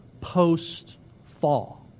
post-fall